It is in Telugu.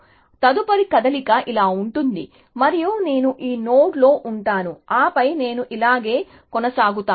కాబట్టి తదుపరి కదలిక ఇలా ఉంటుంది మరియు నేను ఈ నోడ్లో ఉంటాను ఆపై నేను ఇలాగే కొనసాగుతాను